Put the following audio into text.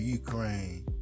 ukraine